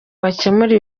bakemure